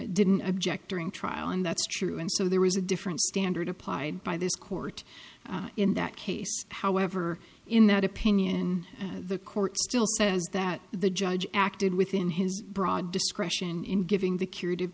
didn't object during trial and that's true and so there was a different standard applied by this court in that case however in that opinion the court still says that the judge acted within his broad discretion in giving the curative